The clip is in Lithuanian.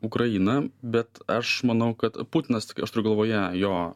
ukrainą bet aš manau kad putinas aš turiu galvoje jo